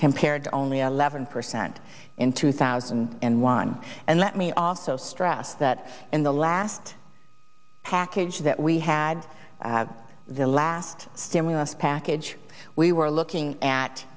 compared to only eleven percent in two thousand and one and let me also stress that in the last package that we had the last stimulus package we were looking at